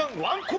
one